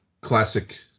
Classic